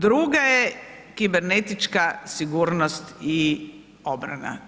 Druga je kibernetička sigurnost i obrana.